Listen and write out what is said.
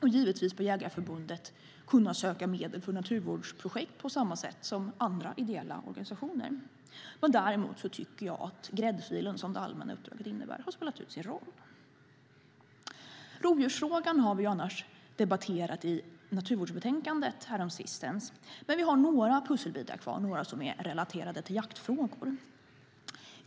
Och givetvis bör Jägareförbundet kunna söka medel för naturvårdsprojekt på samma sätt som andra ideella organisationer. Däremot tycker jag att gräddfilen som det allmänna uppdraget innebär har spelat ut sin roll. Rovdjursfrågan har vi annars debatterat i naturvårdsbetänkandet häromsistens. Men vi har några pusselbitar kvar som är relaterade till jaktfrågor.